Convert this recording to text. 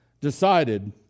decided